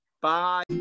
bye